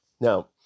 Now